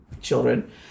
children